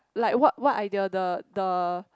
like what what idea the the